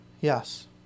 Yes